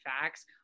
facts